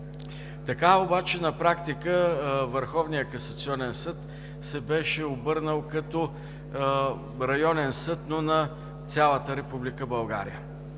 Така обаче на практика Върховният касационен съд се беше обърнал като районен съд, но на цялата Република България